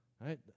right